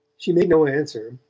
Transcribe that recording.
she made no answer,